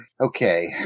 Okay